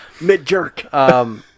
Mid-jerk